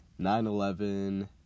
9-11